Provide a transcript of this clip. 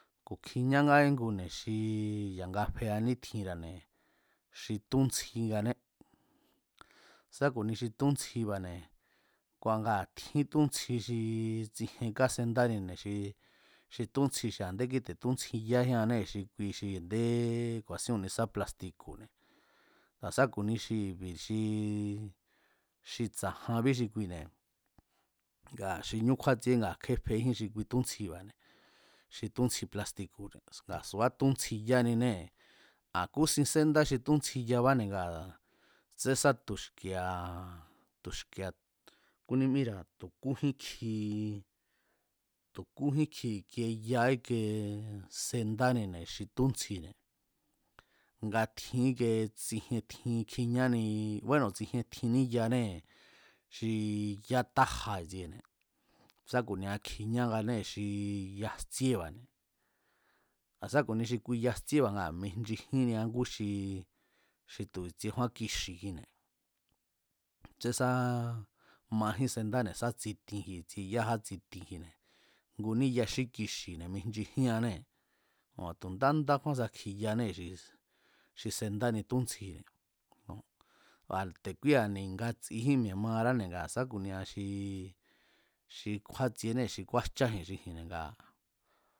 Ku̱kjiñángá íngune̱ xi ya̱nga fea nítjinra̱ne̱ xi túntsjiané sá ku̱ni xi túntsjiba̱ne̱ tjín túntsji xi tsijien kásendánine̱ xi xi tsúntsji xi a̱ndé kíte̱ túntsji yájíannée̱ xi kui xi a̱nde ku̱a̱sín ku̱nisá plastiko̱ne̱ a̱ sá ku̱ni xi i̱bi̱ xi xi tsa̱janbí xi kuine̱ ngaa̱ xi ñú kjúatsieé ngaa̱ kjé fejín xi kui túntsjiba̱ne̱ xi túntsji plastiko̱ne̱ ngaa̱ subá túntsji yáninée̱ a̱ kúsín sénda xi túntsji yabáne̱ ngaa̱ tsénsá tu̱xki̱e̱a̱ tu̱xki̱e̱a̱ kúnímíra̱ tu̱ kújín kji tu̱ kújín kji xi ya íke sendánine̱ xi túntsjine̱ nga tjin íke sijien tjin kjiñáni búéno̱ tsijien tjinní yanée̱ xi yá taja i̱tsiene̱ sá ku̱nia kjiñáanée̱ xi ya̱ jtsíéba̱ne̱ a̱ sa ku̱ni xi kui yajtsíéba̱ mijnchijínia ngú xi xi tu̱ i̱tsiekjúán kixi̱kjine̱ tsensá majín sendáne̱ sa tsitin kji i̱tsie yá sá tsitin kjine̱ nguní ya xí kixi̱ne̱ mijnchjíannée̱ ngua̱ tu̱ nda ndásá kjuan kjine̱ yanée̱ xi sendáni túntsjine̱ kua̱ te̱ kúía̱ ni̱ ngatsijín mi̱e̱ maaráne̱ sá ku̱nia xi xi kjúátsienée̱ xi kúájcháji̱n xi ji̱nne̱ ngaa̱